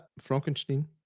Frankenstein